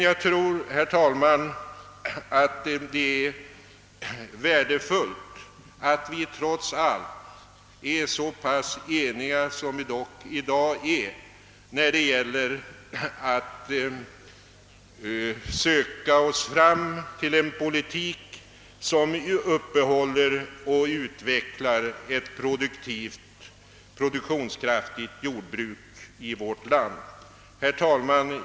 Jag tror, herr talman, att det är värdefullt att vi trots allt är så pass eniga som vi dock i dag är när det gäller att söka oss fram till en politik som uppehåller och utvecklar ett produktionskraftigt jordbruk i vårt land. Herr talman!